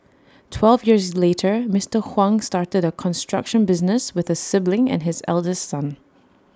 twelve years later Mister Huang started A construction business with A sibling and his eldest son